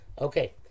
Okay